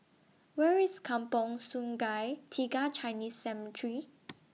Where IS Kampong Sungai Tiga Chinese Cemetery